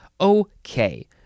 Okay